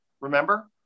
remember